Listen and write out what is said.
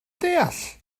deall